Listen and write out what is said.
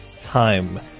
Time